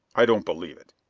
i don't believe it.